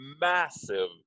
massive